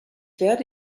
werde